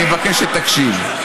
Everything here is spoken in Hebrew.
אני מבקש שתקשיב.